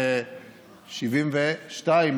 ב-1972,